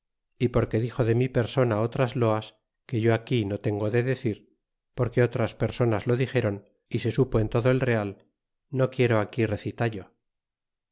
é porque dixo de mi persona otras loas que yo aquí no tengo de decir porque otras personas lo dixeron y se supo en todo el real no quiero aquí recitallo y